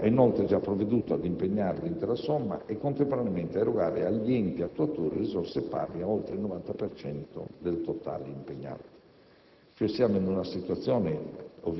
La Direzione generale per la difesa del suolo ha inoltre già provveduto a impegnare l'intera somma e contemporaneamente a erogare agli enti attuatori risorse pari a oltre il 90 per cento del totale impegnato.